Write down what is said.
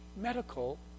medical